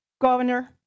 Governor